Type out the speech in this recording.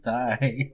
die